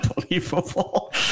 unbelievable